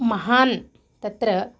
महान् तत्र